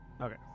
Okay